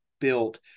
built